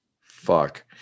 Fuck